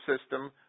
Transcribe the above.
system